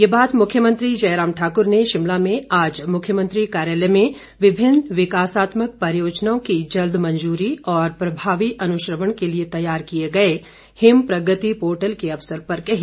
ये बात मुख्यमंत्री जयराम ठाक्र ने शिमला में आज मुख्यमंत्री कार्यालय में विभिन्न विकासात्मक परियोजनाओं की जल्द मंजूरी और प्रभावी अनुश्रवण के लिए तैयार किए गए हिम प्रगति पोर्टल के अवसर पर कही